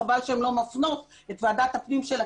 חבל שהן לא מפנות את ועדת הפנים שלל